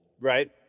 right